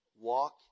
walk